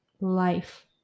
life